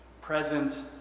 present